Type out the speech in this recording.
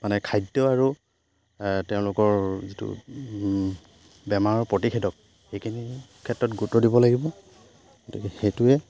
মানে খাদ্য আৰু তেওঁলোকৰ যিটো বেমাৰৰ প্ৰতিষেধক সেইখিনিৰ ক্ষেত্ৰত গুৰুত্ব দিব লাগিব গতিকে সেইটোৱে